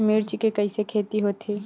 मिर्च के कइसे खेती होथे?